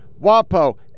WAPO